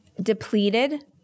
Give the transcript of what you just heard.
depleted